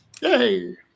Yay